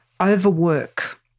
Overwork